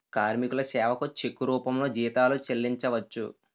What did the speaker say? కార్మికుల సేవకు చెక్కు రూపంలో జీతాలు చెల్లించవచ్చు